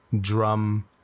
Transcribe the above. drum